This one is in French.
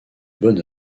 bonne